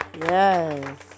Yes